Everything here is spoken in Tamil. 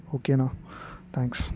ஓகேண்ணா தேங்க்ஸ்